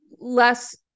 less